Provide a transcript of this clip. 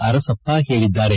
ಅರಸಪ್ಪ ಹೇಳಿದ್ದಾರೆ